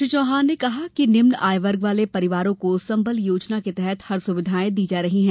श्री चौहान ने कहा कि निम्न आय वर्ग वाले परिवारों को संबल योजना के तहत हर सुविधाएं दी जा रही हैं